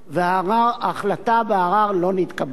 וההחלטה בערר לא התקבלה.